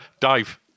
Dave